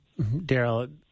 Daryl